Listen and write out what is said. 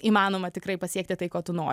įmanoma tikrai pasiekti tai ko tu nori